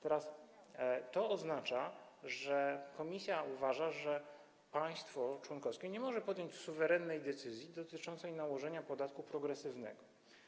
To oznacza, że Komisja Europejska uważa, że państwo członkowskie nie może podjąć suwerennej decyzji dotyczącej nałożenia podatku progresywnego.